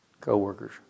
Co-workers